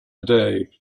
day